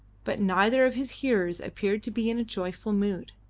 but neither of his hearers appeared to be in a joyful mood.